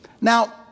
Now